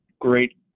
great